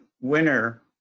winner